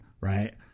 Right